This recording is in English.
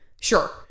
sure